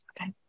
Okay